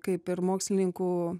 kaip ir mokslininkų